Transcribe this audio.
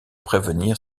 prévenir